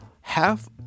half